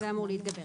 זה אמור להתגבר.